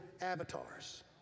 avatars